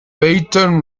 peyton